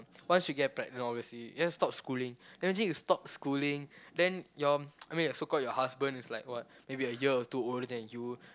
once you get pregnant obviously just stop schooling imagine you stop schooling then your I mean your so called your husband is like what maybe a year or two older than you